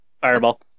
Fireball